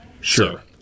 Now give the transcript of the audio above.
Sure